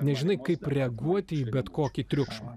nežinai kaip reaguoti į bet kokį triukšmą